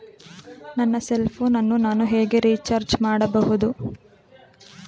ನನ್ನ cell phone ಅನ್ನು ನಾನು ಹೇಗೆ ರಿಚಾರ್ಜ್ ಮಾಡಬಹುದು?